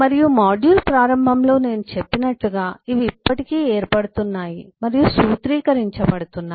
మరియు మాడ్యూల్ ప్రారంభంలో నేను చెప్పినట్లుగా ఇవి ఇప్పటికీ ఏర్పడుతున్నాయి మరియు సూత్రీకరించబడుతున్నాయి